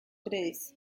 tres